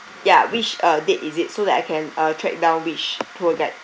yeah which uh date is it so that I can uh track down which tour guide